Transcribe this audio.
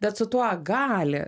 bet su tuo gali